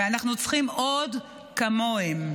ואנחנו צריכים עוד כמוהם.